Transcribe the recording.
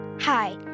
Hi